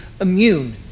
immune